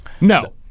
no